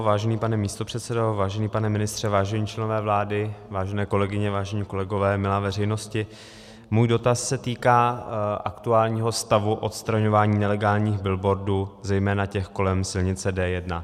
Vážený pane místopředsedo, vážený pane ministře, vážení členové vlády, vážené kolegyně, vážení kolegové, milá veřejnosti, můj dotaz se týká aktuálního stavu odstraňování nelegálních billboardů, zejména těch kolem silnice D1.